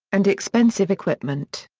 and expensive equipment.